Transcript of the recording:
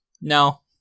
No